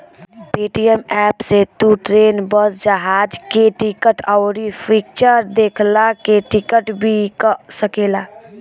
Paytm app से तू train, bus, जहाज के टिकट, अउरी फिक्चर देखला के टिकट भी कअ सकेला